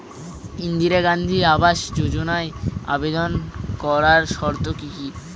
ইন্দিরা গান্ধী আবাস যোজনায় আবেদন করার শর্ত কি কি?